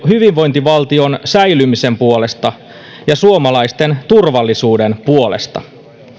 hyvinvointivaltion säilymisen puolesta ja suomalaisten turvallisuuden puolesta